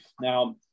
Now